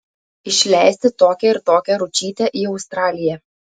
išleisti tokią ir tokią ručytę į australiją